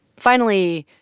finally,